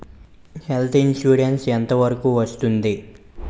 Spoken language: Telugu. హెల్త్ ఇన్సురెన్స్ ఎంత వరకు వస్తుంది?